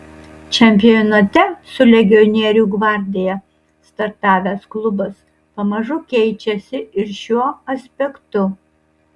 čempionate su legionierių gvardija startavęs klubas pamažu keičiasi ir šiuo aspektu